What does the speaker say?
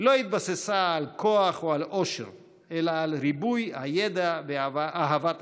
אז אני מתכבד להזמין את חבר הכנסת יוראי להב הרצנו לפתוח את